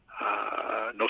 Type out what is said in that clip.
no